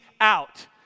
out